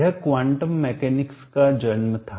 यह quantum mechanics यांत्रिकी का जन्म था